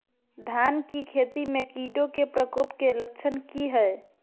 धान की खेती में कीटों के प्रकोप के लक्षण कि हैय?